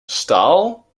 staal